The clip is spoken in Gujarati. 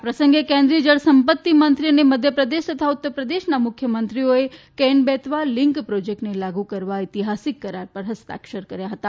આ પ્રસંગે કેન્દ્રીય જળસંપત્તિ મંત્રી અને મધ્યપ્રદેશ તથા ઉત્તરપ્રદેશના મુખ્યમંત્રીઓએ કેન બેતવા લિંક પ્રોજેક્ટને લાગુ કરવા ઐતિહાસિક કરાર પર હસ્તાક્ષર કર્યા હતા